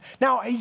Now